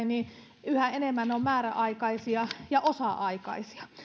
niin yhä enemmän on määräaikaisia ja osa aikaisia